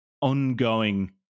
ongoing